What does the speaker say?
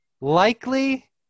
likely